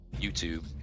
YouTube